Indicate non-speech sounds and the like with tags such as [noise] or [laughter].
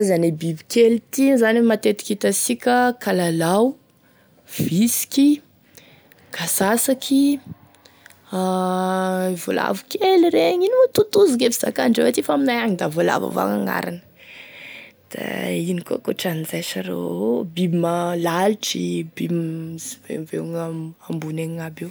Gne karzane bibikely ity moa zany e matetiky hitasika kalalao, vitsiky, kasasaky, [hesitation] volavo kely regny ino moa totozy e fizakandreo an'azy aty fa aminay agny da voalavo avao gn'agnarany da ino koa gn'ankoatran'izay sa ro, biby ma lalitry, biby sipeopeogny ambony egny aby io.